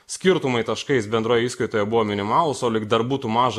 skirtumai taškais bendroje įskaitoje buvo minimalūs o lyg dar būtų maža